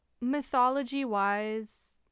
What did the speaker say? mythology-wise